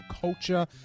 culture